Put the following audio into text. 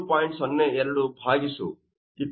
02 ಭಾಗಿಸು 28